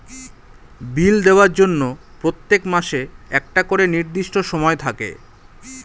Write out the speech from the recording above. বিল দেওয়ার জন্য প্রত্যেক মাসে একটা করে নির্দিষ্ট সময় থাকে